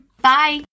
Bye